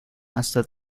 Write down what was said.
hasta